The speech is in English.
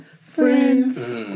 Friends